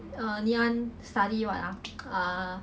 ngee ann study what ah err